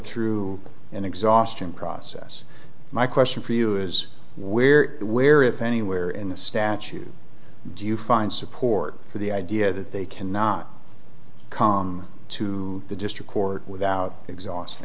through an exhaustion process my question for you is where where if anywhere in the statute do you find support for the idea that they cannot come to the district court without exhaust